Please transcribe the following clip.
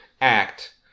act